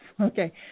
Okay